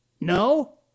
No